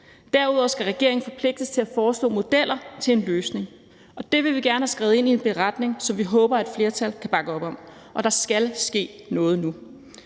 Derudover skal regeringen forpligtes til at foreslå modeller til en løsning, og det vil vi gerne have skrevet ind i en beretning, som vi håber at et flertal kan bakke op om, og der skal ske noget nu.